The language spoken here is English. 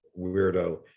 weirdo